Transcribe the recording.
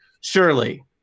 Surely